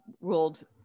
ruled